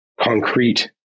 concrete